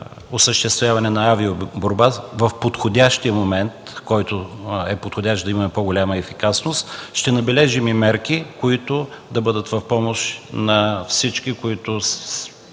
осъществяване на авиоборба в подходящия момент, при който да имаме по-голяма ефикасност, ще набележим и мерки, които да бъдат в помощ на всички, които